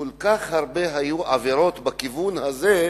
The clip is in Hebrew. כל כך הרבה עבירות היו בכיוון הזה,